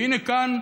והינה כאן,